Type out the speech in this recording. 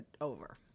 over